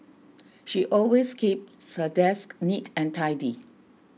she always keeps her desk neat and tidy